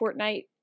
Fortnite